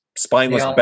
Spineless